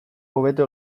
hobeto